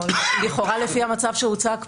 לכאורה לפי המצב שהוצג פה,